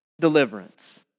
deliverance